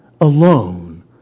alone